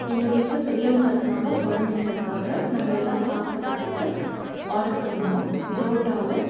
எங்கள் வீட்டில் பெரியவங்கள் இருக்காங்க குழந்தைங்கள் இருக்காங்க நாங்கள் எல்லாம் சாப்பிடறதுக்காக ஆர்டர் பண்ணினோம் பரோட்டாவும்